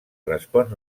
respon